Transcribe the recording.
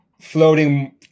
floating